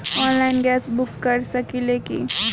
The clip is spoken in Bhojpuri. आनलाइन गैस बुक कर सकिले की?